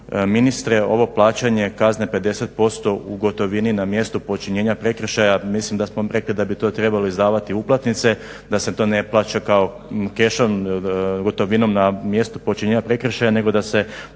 ministre ovo plaćanje kazne 50% u gotovini na mjestu počinjenja prekršaja, mislim da smo rekli da bi to trebali izdavati uplatnice da se to ne plaća kešom, gotovinom na mjestu počinjenja prekršaja nego da se